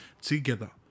together